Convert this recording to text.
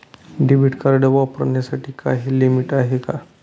Debit card वापरण्यासाठी काही limit आहे का?